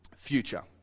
Future